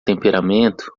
temperamento